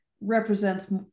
represents